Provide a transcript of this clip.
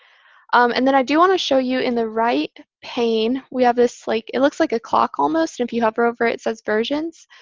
and then i do want to show you in the right pane, we have this like it looks like a clock, almost. and if you hover over, it says versions.